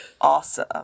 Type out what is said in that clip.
awesome